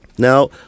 Now